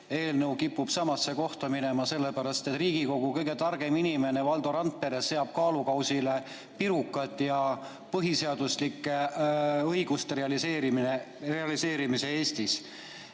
eelnõu kipub samasse kohta minema, sest Riigikogu kõige targem inimene Valdo Randpere seab kaalukausile pirukad ja põhiseaduslike õiguste realiseerimise Eestis.